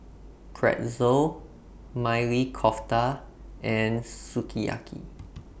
Pretzel Maili Kofta and Sukiyaki